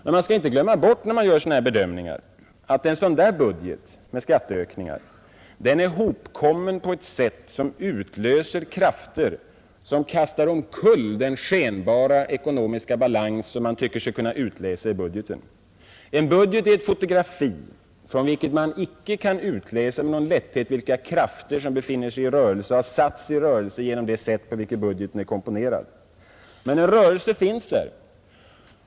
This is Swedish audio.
Men när man gör sådana här bedömningar skall man inte glömma bort att en budget med skatteökningar är hopkommen på ett sätt som utlöser krafter, som kastar omkull den skenbara ekonomiska balans som man tycker sig kunna utläsa ur budgeten. En budget är ett fotografi, från vilket man inte med lätthet kan utläsa vilka krafter som satts i rörelse genom det sätt, på vilket budgeten är komponerad. Men en rörelse finns där.